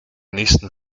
nächsten